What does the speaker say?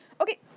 Okay